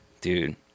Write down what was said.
dude